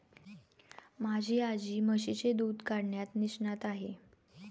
माझी आजी म्हशीचे दूध काढण्यात निष्णात आहे